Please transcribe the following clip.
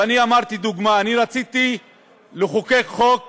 ואני נתתי דוגמה: אני רציתי לחוקק חוק